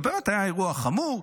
ובאמת היה אירוע חמור.